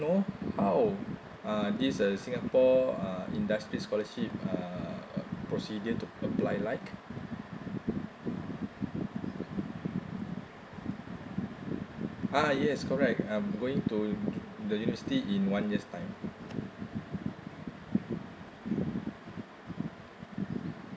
know how uh this uh singapore uh industry scholarship uh procedure to apply like ah yes correct I'm going to the university in one year's time